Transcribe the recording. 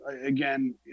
again